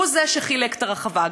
הוא שחילק את הרחבה,